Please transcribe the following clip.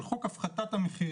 חוק הפחתת המחירים,